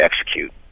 execute